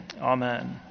Amen